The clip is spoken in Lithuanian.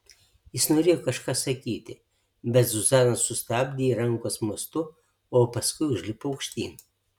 jis norėjo kažką sakyti bet zuzana sustabdė ji rankos mostu o paskui užlipo aukštyn